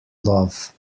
love